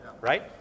right